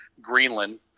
Greenland